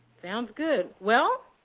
sounds good. well,